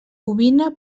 ovina